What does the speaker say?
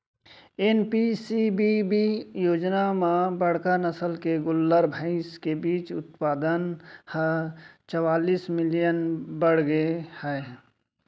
NPCBB योजना म बड़का नसल के गोल्लर, भईंस के बीज उत्पाउन ह चवालिस मिलियन बाड़गे गए हे